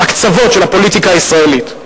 הקצוות של הפוליטיקה הישראלית.